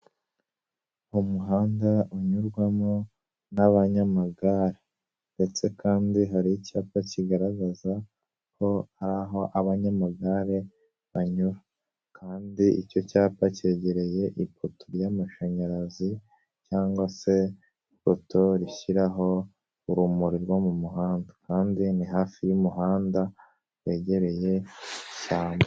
Umuhanda unyurwamo n'abanyamagare, ndetse kandi hari icyapa kigaragaza ko hari abanyamagare banyura kandi icyo cyapa cyegereye ipoto ry'amashanyarazi cyangwa se ipoto rishyiraho urumuri rwo mu muhanda kandi ni hafi y'umuhanda wegereye cyane.